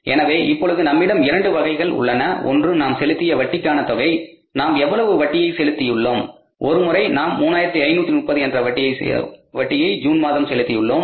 எனவே இப்பொழுது நம்மிடம் இரண்டு வகைகள் உள்ளன ஒன்று நாம் செலுத்திய வட்டிக்கான தொகை நாம் எவ்வளவு வட்டியை செலுத்தியுள்ளோம் ஒருமுறை நாம் 3530 என்ற வட்டியை ஜூன் மாதம் செலுத்தியுள்ளோம்